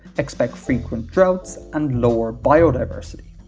expect frequent droughts and lower biodiversity.